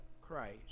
Christ